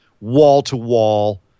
wall-to-wall